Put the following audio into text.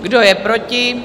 Kdo je proti?